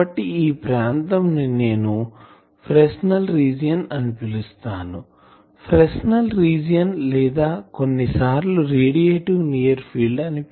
కాబట్టి ఈ ప్రాంతం ని నేను ఫ్రెస్నెల్ రీజియన్ అని పిలుస్తానుఫ్రెస్నెల్ రీజియన్ లేదా కొన్ని సార్లు radiative near field radiative near field